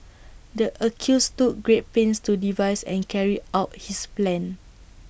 the accused took great pains to devise and carry out his plan